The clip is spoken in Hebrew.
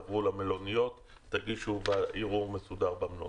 תעברו למלוניות ותגישו ערעור מסודר במלוניות.